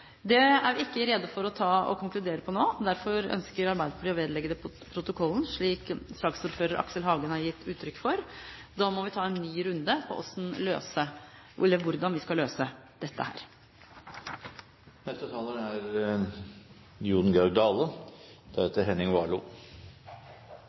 Det er vi ikke rede til å konkludere på nå. Derfor ønsker Arbeiderpartiet at forslaget vedlegges protokollen, slik saksordfører Aksel Hagen har gitt uttrykk for. Da må vi ta en ny runde på hvordan vi skal løse dette.